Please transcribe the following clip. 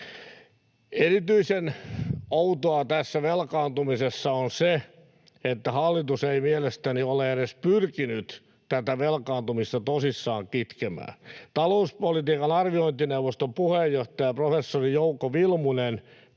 Erityisen outoa tässä velkaantumisessa on se, että hallitus ei mielestäni ole edes pyrkinyt tätä velkaantumista tosissaan kitkemään. Talouspolitiikan arviointineuvoston puheenjohtaja, professori Jouko Vilmunen